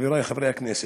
חברי חברי הכנסת,